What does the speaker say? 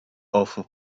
awful